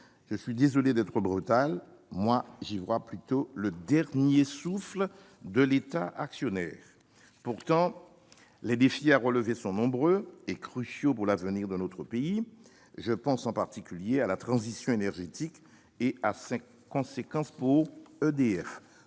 Pardonnez ma brutalité, mais j'y vois plutôt le dernier souffle de l'État actionnaire ! Pourtant, les défis à relever sont nombreux et cruciaux pour l'avenir de notre pays : je pense en particulier à la transition énergétique et à ses conséquences pour EDF.